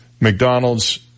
McDonald's